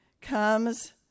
comes